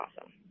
awesome